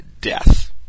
death